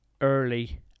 early